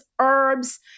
herbs